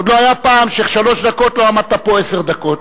עוד לא היה פעם ששלוש דקות, לא עמדת פה עשר דקות.